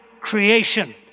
creation